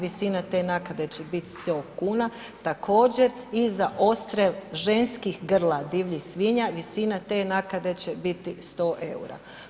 Visine te naknade će biti 100 kuna, također i za odstrjel ženskih grla divljih svinja, visina te naknade će biti 100 eura.